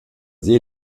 see